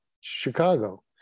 Chicago